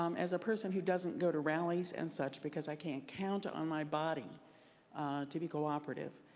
um as a person who doesn't go to rallies and such because i can't count on my body to be cooperative,